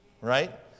Right